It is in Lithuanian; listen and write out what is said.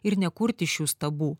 ir nekurti šių stabų